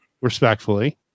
respectfully